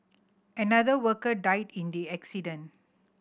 another worker died in the accident